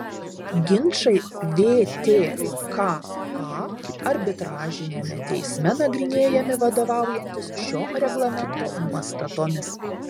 ginčai vtka arbitražiniame teisme nagrinėjami vadovaujantis šio reglamento nuostatomis